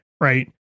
Right